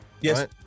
Yes